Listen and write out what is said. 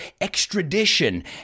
extradition